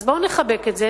אז בואו נחבק את זה,